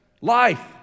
Life